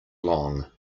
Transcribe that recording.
long